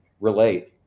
relate